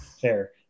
Fair